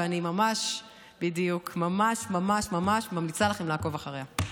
ואני ממש ממש ממליצה לכם לעקוב אחריה.